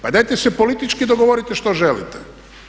Pa dajte se politički dogovorite što želite.